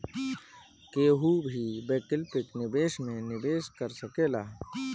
केहू भी वैकल्पिक निवेश में निवेश कर सकेला